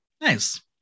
Nice